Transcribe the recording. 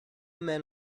men